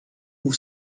por